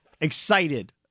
excited